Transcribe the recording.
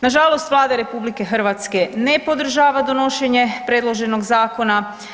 Na žalost Vlada RH ne podržava donošenje predloženog zakona.